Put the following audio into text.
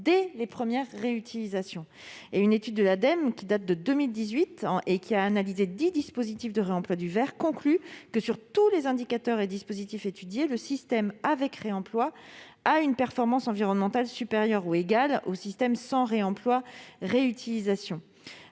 dès les premières réutilisations. Une étude de l'Ademe de 2018 a analysé dix dispositifs de réemploi du verre. Elle conclut que, sur tous les indicateurs et dispositifs étudiés, le système avec réemploi a une performance environnementale supérieure ou égale au système sans réutilisation.